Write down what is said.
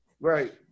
Right